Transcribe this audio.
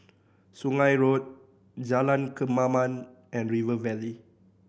Sungei Road Jalan Kemaman and River Valley